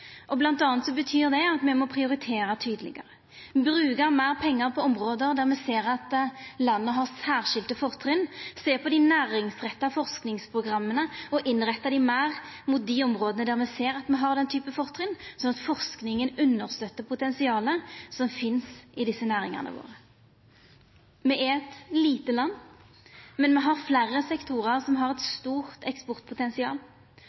dagens verkelegheit. Så me treng ein meir aktiv og målretta næringspolitikk. Blant anna betyr det at me må prioritera tydelegare, bruka meir pengar på område der me ser at landet har særskilte fortrinn, sjå på dei næringsretta forskingsprogramma og innretta dei meir mot dei områda der me ser at me har den typen fortrinn, sånn at forskinga støttar under potensialet som finst i desse næringane våre. Noreg er eit lite land, men me har fleire sektorar som har eit